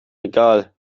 egal